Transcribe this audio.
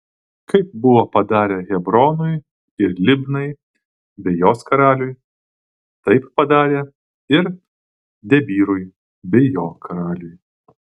kaip buvo padarę hebronui ir libnai bei jos karaliui taip padarė ir debyrui bei jo karaliui